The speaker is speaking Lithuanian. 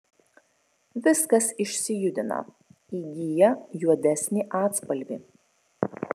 viskas išsijudina įgyja juodesnį atspalvį